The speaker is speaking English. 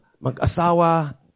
mag-asawa